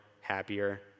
happier